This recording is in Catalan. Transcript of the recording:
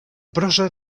prosa